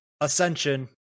ascension